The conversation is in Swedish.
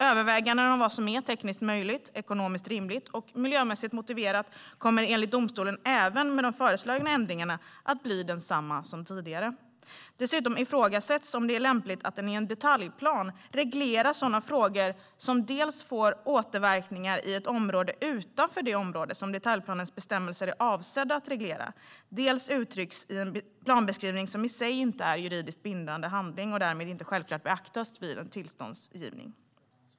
Övervägandena av vad som är tekniskt möjligt, ekonomiskt rimligt och miljömässigt motiverat kommer enligt domstolen även med de föreslagna ändringarna att bli desamma som tidigare. Dessutom ifrågasätts om det är lämpligt att i en detaljplan reglera sådana frågor som dels får återverkningar i ett område utanför det område som detaljplanens bestämmelser är avsedda att reglera, dels uttrycks i en planbeskrivning som i sig inte är en juridiskt bindande handling och därmed inte självklart beaktas vid tillståndsgivning.